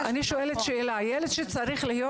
ילד צריך להיות